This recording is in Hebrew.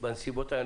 בנסיבות האלה?